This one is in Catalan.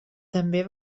també